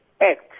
act